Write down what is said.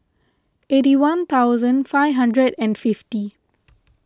eighty one thousand five hundred and fifty